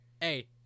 Hey